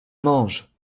mange